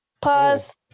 pause